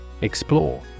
Explore